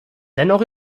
dennoch